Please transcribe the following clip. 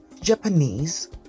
Japanese